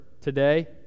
today